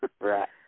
Right